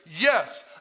Yes